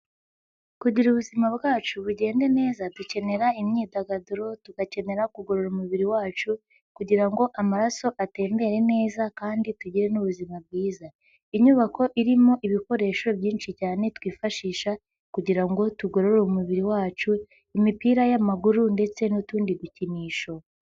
Kugira ubuzima bwacu bugendade neza dukenera imyidagaduro, tugakenera kugorora umubiri wacu kugira ngo amaraso atembere neza kandi tugire n'ubuzima bwiza. Inyubako irimo ibikoresho byinshi cyane twifashisha kugira ngo tugorore umubiri wacu, imipira y'amaguru ndetse n'utundi dukinisho.